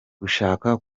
gushaka